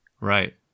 Right